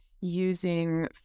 using